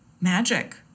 magic